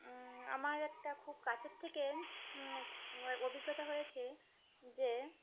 আমার একটা খুব কাছের থেকে অভিজ্ঞতা হয়েছে যে